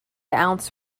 ounce